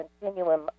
continuum